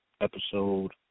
episode